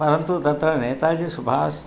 परन्तु तत्र नेताजीसुभाषः